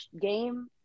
game